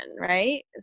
right